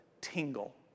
tingle